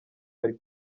bari